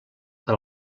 per